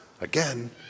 Again